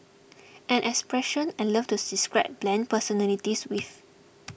an expression I love to describe bland personalities with